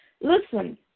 listen